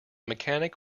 mechanic